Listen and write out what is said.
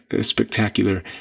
spectacular